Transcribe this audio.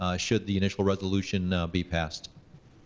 ah should the initial resolution be passed.